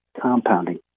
compounding